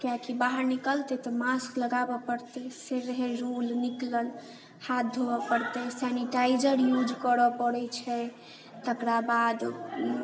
कियाकि बाहर निकलतै तऽ मास्क लगाबय पड़तै से रहय रूल निकलल हाथ धोबय पड़तै सेनिटाइजर यूज करय पड़ै छै तकरा बाद